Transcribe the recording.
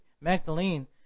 Magdalene